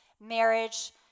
marriage